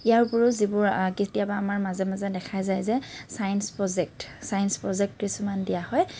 ইয়াৰ উপৰিও যিবোৰ কেতিয়াবা আমাৰ মাজে মাজে দেখা যায় যে ছাইন্স প্ৰজেক্ট ছাইন্স প্ৰজেক্ট কিছুমান দিয়া হয়